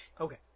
Okay